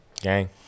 Gang